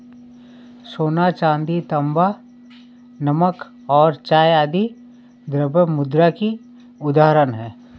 सोना, चांदी, तांबा, नमक और चाय आदि द्रव्य मुद्रा की उदाहरण हैं